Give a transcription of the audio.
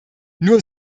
nur